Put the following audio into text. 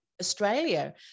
Australia